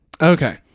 Okay